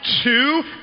two